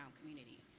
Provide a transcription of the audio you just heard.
community